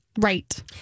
Right